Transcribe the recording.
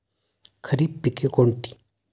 खरीप पिके कोणती?